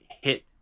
hit